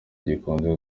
gikunze